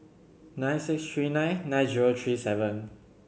nine six three nine nine zero three seven